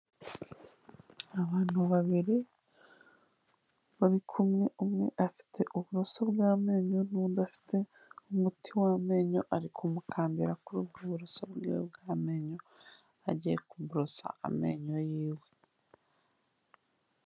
Abantu babiri bari kumwe, umwe afite uburoso bw'amenyo n'undi afite umuti w'amenyo ari kumukandira ku ubwo buroso bw'iwe bw'amenyo agiye kuborosa amenyo y'iwe.